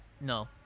No